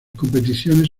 competiciones